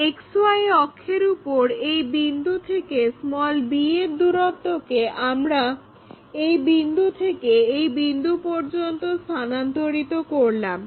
XY অক্ষের উপর এই বিন্দু থেকে b এর দুরত্বকে আমরা এই বিন্দু থেকে ওই বিন্দু পর্যন্ত স্থানান্তরিত করলাম